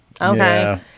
okay